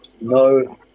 No